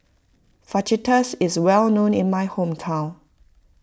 Fajitas is well known in my hometown